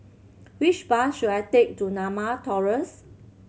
which bus should I take to Norma Terrace